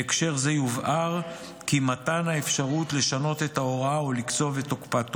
בהקשר זה יובהר כי מתן האפשרות הוא לשנות את ההוראה או לקצוב את תוקפה.